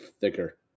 thicker